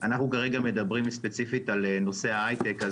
אנחנו כרגע מדברים ספציפית על נושא ההיי-טק.